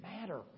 matter